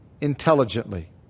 intelligently